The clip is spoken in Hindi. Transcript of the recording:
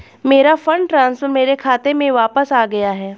मेरा फंड ट्रांसफर मेरे खाते में वापस आ गया है